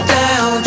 down